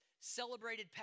celebrated